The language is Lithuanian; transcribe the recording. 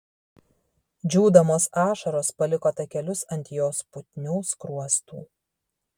džiūdamos ašaros paliko takelius ant jos putnių skruostų